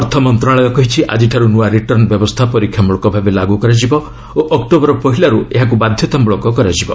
ଅର୍ଥମନ୍ତ୍ରଣାଳୟ କହିଛି ଆଜିଠାରୁ ନୂଆ ରିଟର୍ଣ୍ଣ ବ୍ୟବସ୍ଥା ପରୀକ୍ଷାମ୍ବଳକ ଭାବେ ଲାଗ୍ର କରାଯିବ ଓ ଅକ୍ଟୋବର ପହିଲାର୍ ଏହାକୁ ବାଧ୍ୟତାମୂଳକ କରାଯିବ